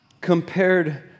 compared